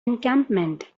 encampment